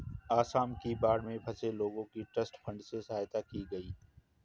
आसाम की बाढ़ में फंसे लोगों की ट्रस्ट फंड से सहायता की गई